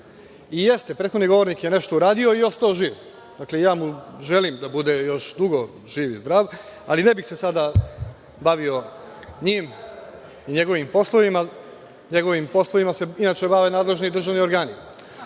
I jeste, prethodni govornik je nešto uradio i ostao živ. Dakle, ja mu želim da bude još dugo živ i zdrav, ali ne bih se sada bavio njim i njegovim poslovima. Njegovim poslovima se inače bave nadležni državni organi. Ono